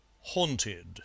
Haunted